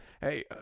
Hey